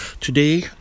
Today